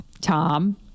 Tom